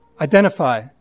Identify